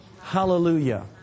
Hallelujah